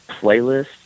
playlist